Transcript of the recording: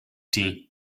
tea